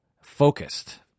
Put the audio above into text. focused